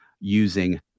Using